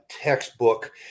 textbook